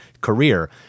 career